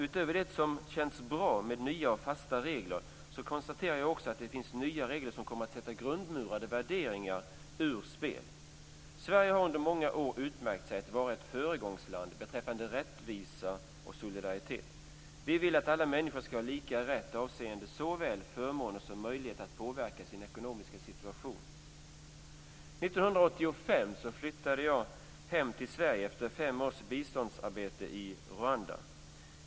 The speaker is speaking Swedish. Utöver det som känns bra med nya och fasta regler konstaterar jag med blandade känslor också att det finns nya regler som kommer att sätta grundmurade värderingar ur spel. Sverige har under många år utmärkt sig genom att vara ett föregångsland beträffande rättvisa och solidaritet. Vi vill att alla människor ska ha lika rätt avseende såväl förmåner som möjligheter att påverka sin ekonomiska situation. År 1985 flyttade jag hem till Sverige efter fem års biståndsarbete i Rwanda.